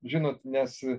žinot nes